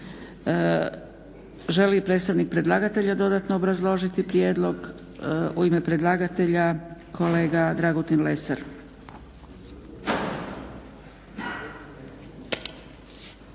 li predstavnik predlagatelja dodatno obrazložiti prijedlog? U ime predlagatelja kolega Dragutin Lesar.